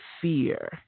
fear